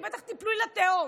כי בטח תיפלי לתהום.